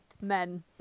men